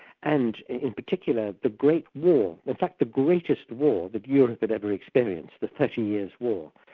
and in particular the great war, in fact the greatest war that europe had ever experienced, the thirty years war,